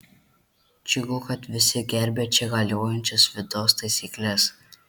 džiugu kad visi gerbia čia galiojančias vidaus taisykles